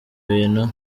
bintu